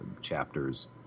chapters